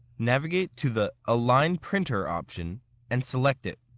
navigate to the align printer option and select it.